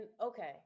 okay